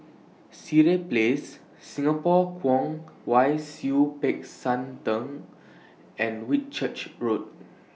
Sireh Place Singapore Kwong Wai Siew Peck San Theng and Whitchurch Road